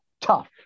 Tough